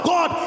God